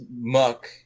muck